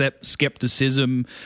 skepticism